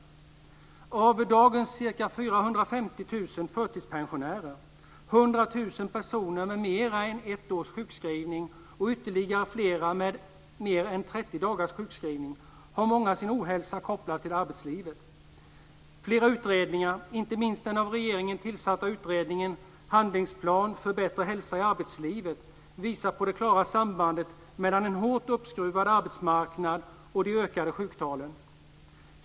Många av dagens ca 450 000 förtidspensionärer, 100 000 personer med mera än ett års sjukskrivning och ytterligare flera med mer än 30 dagars sjukskrivning har sin ohälsa kopplad till arbetslivet. Flera utredningar, inte minst den av regeringen tillsatta utredningen om handlingsplan för bättre hälsa i arbetslivet, visar på ett klart samband mellan en hårt uppskruvad arbetsmarknad och de ökande sjuktalen.